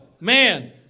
man